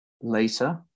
later